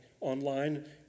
online